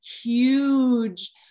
huge